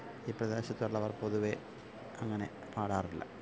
ഈ പ്രദേശത്തുള്ളവര് പൊതുവെ അങ്ങനെ പാടാറില്ല